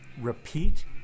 repeat